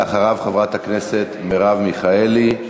אחריו, חברת הכנסת מרב מיכאלי.